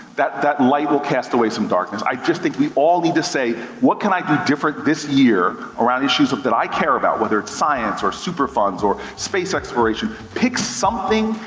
that that light will cast away some darkness. i just think we all need to say, what can i do different this year, around issues that i care about? whether it's science, or superfunds, or space exploration, pick something,